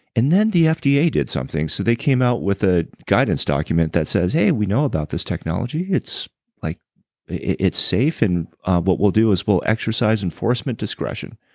and then, the fda did something. so they came out with a guidance document that says, hey, we know about this technology. it's like it's safe. and what we'll do is, we'll exercise enforcement discretion.